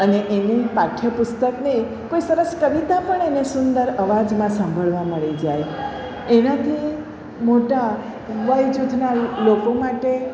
અને એની પાઠ્યપુસ્તકને કોઈ સરસ કવિતા પણ એને સુંદર અવાજમાં સાંભળવા મળી જાય એનાથી મોટા વયજૂથના લોકો માટે